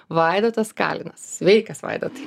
vaidotas kalinas sveikas vaidotai